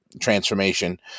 transformation